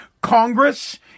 Congress